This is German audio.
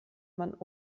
man